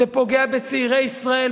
זה פוגע בצעירי ישראל,